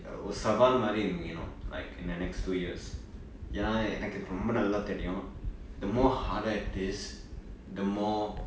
ஒறு சவால் மாதிரி:oru savaal mathiri you know like in the next two years எனா எனக்கு நல்லா தெரியும்:yenaa enakku romba nallaa theriyum the more harder it is the more